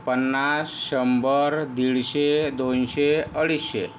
पन्नास शंभर दीडशे दोनशे अडीचशे